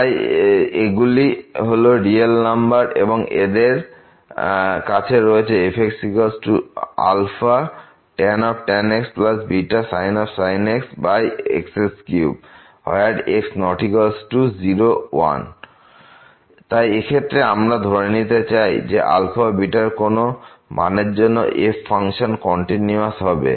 তাই এগুলি হল রিয়েল নাম্বার এবং আমাদের কাছে রয়েছে fxtan x βsin x x3x≠0 1x0 তাই এই ক্ষেত্রে আমরা নির্ধারণ করতে চাই যে ও র কোন মানের জন্য f ফাংশন কন্টিনিউয়াস হবে